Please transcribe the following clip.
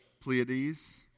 Pleiades